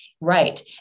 right